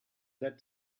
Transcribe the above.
that